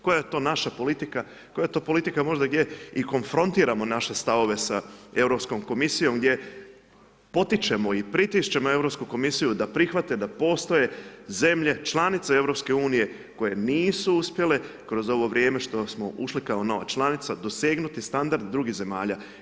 Koja je to naša politika, koja to politika možda i je, i konfrontiramo naše stavove, sa Europskom komisijom, gdje potičemo i pritišćemo Europsku komisiju, da prihvate, da postoje zemlje članice EU, koje nisu uspjele kroz ovo vrijeme što smo ušli ko nova članica, dosegnuti standard drugih zemalja.